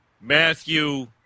Matthew